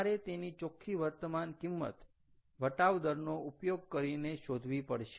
તમારે તેની ચોખ્ખી વર્તમાન કિંમત વટાવ દરનો ઉપયોગ કરીને શોધવી પડશે